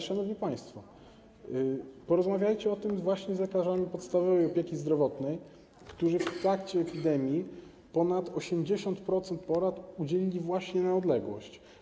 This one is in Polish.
Szanowni państwo, porozmawiajcie o tym właśnie z lekarzami podstawowej opieki zdrowotnej, którzy w trakcie epidemii ponad 80% porad udzielili właśnie na odległość.